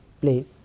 play